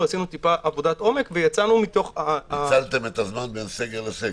עשינו טיפה עבודת עומק --- ניצלתם את הזמן בין סגר לסגר.